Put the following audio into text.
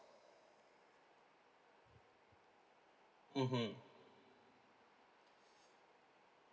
mmhmm